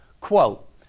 Quote